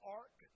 ark